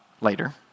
later